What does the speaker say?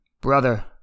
brother